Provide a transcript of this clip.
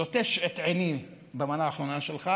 לוטש את עיני במנה האחרונה שלך